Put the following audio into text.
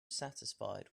satisfied